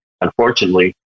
unfortunately